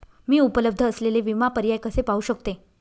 मी उपलब्ध असलेले विमा पर्याय कसे पाहू शकते?